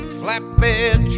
flatbed